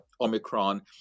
Omicron